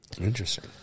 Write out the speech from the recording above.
interesting